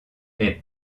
est